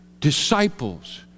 disciples